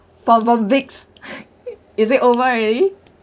for from vick's is it over already